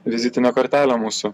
vizitinė kortelė mūsų